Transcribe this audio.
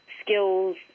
skills